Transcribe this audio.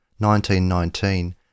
1919